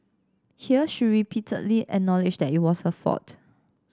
here she repeatedly acknowledged that it was her fault